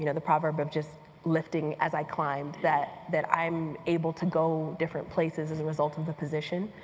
you know the proverb of just lifting as i climbed, that that i'm able to go different places as a result of the position.